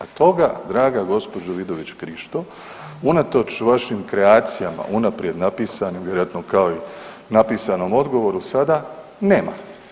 A toga draga gospođo Vidović Krišto unatoč vašim kreacijama unaprijed napisanim vjerojatno kao i napisanom odgovoru sada nema.